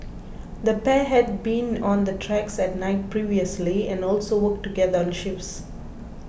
the pair had been on the tracks at night previously and also worked together on shifts